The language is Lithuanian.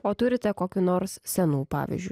o turite kokių nors senų pavyzdžiui